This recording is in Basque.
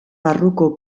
barruko